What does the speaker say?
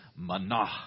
manah